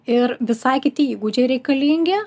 ir visai kiti įgūdžiai reikalingi